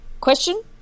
question